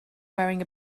wearing